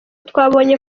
twabonye